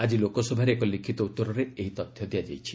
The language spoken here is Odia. ଆକି ଲୋକସଭାରେ ଏକ ଲିଖିତ ଉତ୍ତରେ ଏହି ତଥ୍ୟ ଦିଆଯାଇଛି